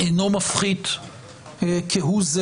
אינו מפחית כהוא זה